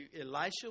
Elisha